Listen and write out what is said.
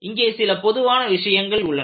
இங்கே சில பொதுவான விஷயங்கள் உள்ளன